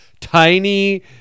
tiny